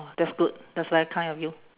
oh that's good that's very kind of you